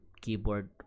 keyboard